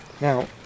Now